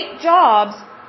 jobs